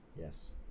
Yes